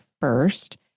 first